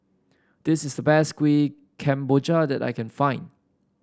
this is the best Kuih Kemboja that I can find